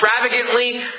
extravagantly